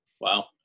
Wow